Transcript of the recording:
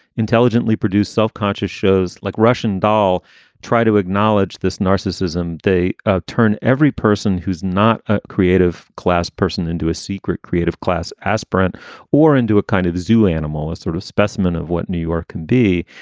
intelligently produced, self-conscious shows like russian doll try to acknowledge this narcissism, they turn every person who's not a creative class person into a secret creative class aspirant or into a kind of a zoo animal, a sort of specimen of what new york can be.